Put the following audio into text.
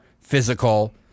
physical